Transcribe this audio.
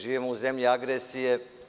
Živimo u zemlji agresije.